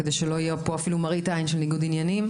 כדי שלא יהיה פה אפילו מראית עין של ניגוד עניינים.